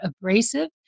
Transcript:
abrasive